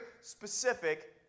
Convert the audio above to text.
specific